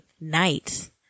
nights